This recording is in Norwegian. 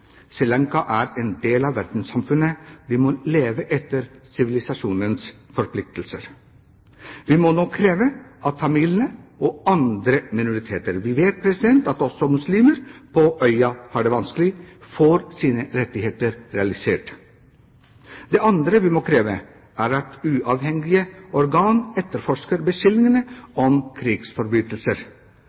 må leve etter sivilisasjonens forpliktelser. Vi må nå kreve at tamilene og andre minoriteter – vi vet at også muslimer på øya har det vanskelig – får sine rettigheter realisert. Det andre vi må kreve, er at uavhengige organ etterforsker beskyldningene om krigsforbrytelser.